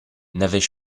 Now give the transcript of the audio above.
n’avais